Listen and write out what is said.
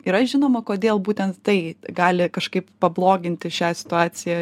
yra žinoma kodėl būtent tai gali kažkaip pabloginti šią situaciją